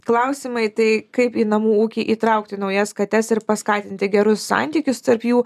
klausimai tai kaip į namų ūkį įtraukti naujas kates ir paskatinti gerus santykius tarp jų